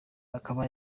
akaba